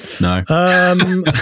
No